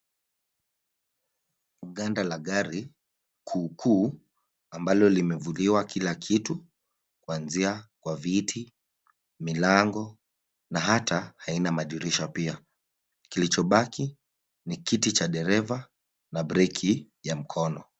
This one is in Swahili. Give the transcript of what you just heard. Ganda la gari kuukuu ambalo limevuliwa kila kitu kuanzia kwa viti, milango na hata aina ya madirisha pia. Kilichobaki ni kiti cha dereva na breki ya mikono.